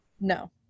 No